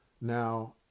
Now